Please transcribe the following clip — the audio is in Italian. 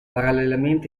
parallelamente